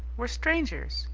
we're strangers.